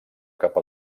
cap